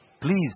Please